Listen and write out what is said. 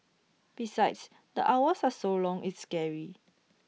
besides the hours are so long it's scary